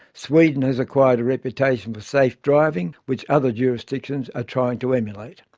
sweden has acquired a reputation for safe driving, which other jurisdictions are trying to emulate.